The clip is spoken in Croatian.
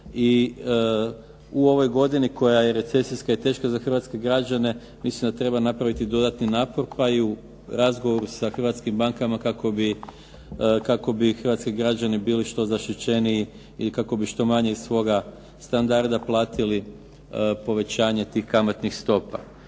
i u ovoj godini koja je recesijska i teška za hrvatske građane, mislim da treba napraviti dodatni napor pa ju u razgovoru sa hrvatskim bankama kako bi hrvatski građani bili što zaštićeniji i kako bi što manje od svoga standarda platili povećanje tih kamatnih stopa.